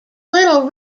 little